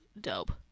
dope